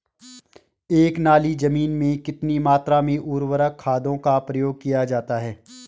एक नाली जमीन में कितनी मात्रा में उर्वरक खादों का प्रयोग किया जाता है?